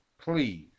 please